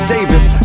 Davis